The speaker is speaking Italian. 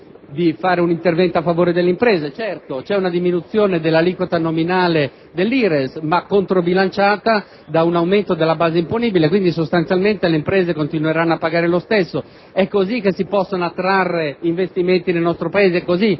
di varare un intervento a favore delle imprese, certo c'è una diminuzione dell'aliquota nominale dell'IRES, ma controbilanciata da un aumento della base imponibile, quindi, sostanzialmente, le imprese continueranno a pagare lo stesso. Mi chiedo se è così che si possono attrarre investimenti nel nostro Paese, se è così